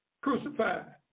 crucified